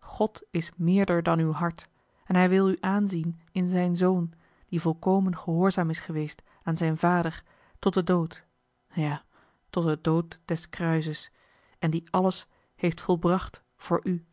god is meerder dan uw hart en hij wil u aanzien in zijn zoon die volkomenlijk gehoorzaam is geweest aan zijn vader tot den dood ja tot den dood des kruises en die alles heeft volbracht voor u